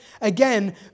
again